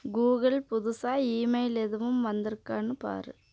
Google புதுசாக email எதுவும் வந்திருக்கான்னு பார்